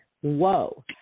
whoa